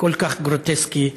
כל כך גרוטסקי והזוי.